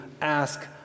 ask